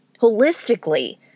holistically